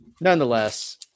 nonetheless